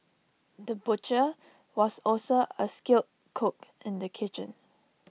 the butcher was also A skilled cook in the kitchen